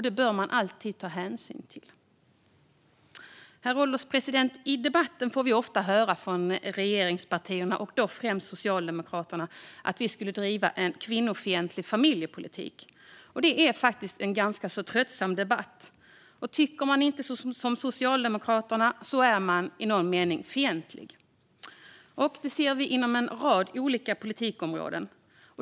Det bör man alltid ta hänsyn till. Herr ålderspresident! I debatten får vi ofta höra från regeringspartierna - främst från Socialdemokraterna - att vi skulle driva en kvinnofientlig familjepolitik. Det är faktiskt en ganska tröttsam debatt. Tycker man inte som Socialdemokraterna är man i någon mening fientlig. Detta ser vi på en rad olika politikområden.